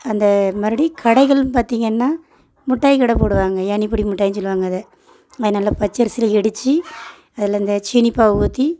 அந்த மறுபடியும் கடைகள்ன்னு பார்த்தீங்கன்னா மிட்டாய் கடை போடுவாங்க ஏணிப்பொடி மிட்டாய்னு சொல்லுவாங்க அதை அது நல்லா பச்சரிசியில் இடித்து அதில் அந்த சீனி பாகு ஊற்றி